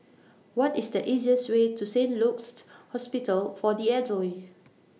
What IS The easiest Way to Saint Luke's Hospital For The Elderly